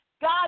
God